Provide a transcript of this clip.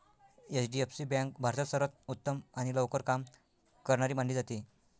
HDFC bank भारतात सर्वांत उत्तम आणि लवकर काम करणारी मानली जाते